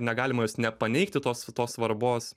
negalima jos nepaneigti tos tos svarbos